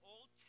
Old